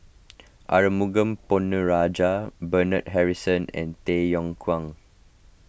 Arumugam Ponnu Rajah Bernard Harrison and Tay Yong Kwang